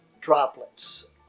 droplets